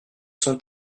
sont